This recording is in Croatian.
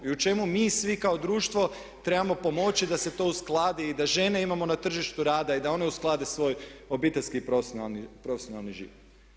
I u čemu mi svi kao društvo trebamo pomoći da se to uskladi i da žene imamo na tržištu rada i da one usklade svoj obiteljski i profesionalni život.